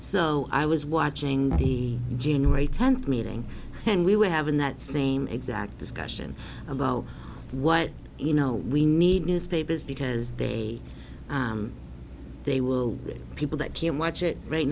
so i was watching the january tenth meeting and we were having that same exact discussion about what you know we need newspapers because they they will get people that can watch it right